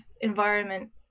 environment